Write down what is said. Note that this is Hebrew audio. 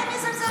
הם יזלזלו בו?